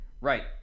Right